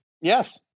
Yes